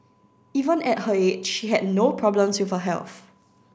even at her age she had no problems with her health